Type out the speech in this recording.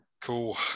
Cool